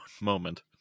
moment